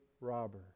robber